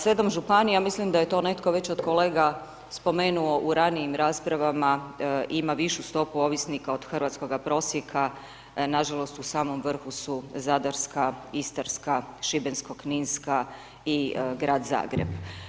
7 županija, mislim da je to netko već od kolega spomenuo u ranijim raspravama, ima višu stopu ovisnika od hrvatskoga prosjeka, nažalost u samom vrhu su Zadarska, Istarska, Šibensko-kninska i grad Zagreb.